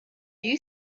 you